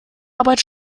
arbeit